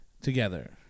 together